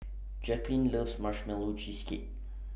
Jacalyn loves Marshmallow Cheesecake